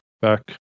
back